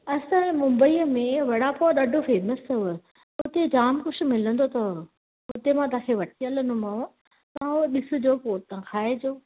असांजे मुंबई में वड़ा पाव ॾाढो फेमस अथव हुते जाम कुझु मिलन्दो अथव हुते मां तव्हां खे वठी हलन्दोमांव तव्हां उहो ॾिसिजो पोइ तव्हां खाइजो